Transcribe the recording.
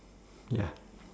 ya